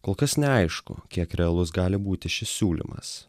kol kas neaišku kiek realus gali būti šis siūlymas